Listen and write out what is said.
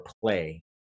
play